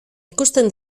ikusten